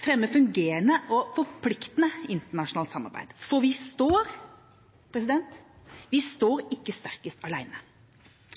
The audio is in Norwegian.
fremme fungerende og forpliktende internasjonalt samarbeid – for vi står ikke sterkest alene. For det første trenger vi